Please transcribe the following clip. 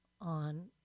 on